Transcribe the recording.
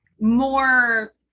more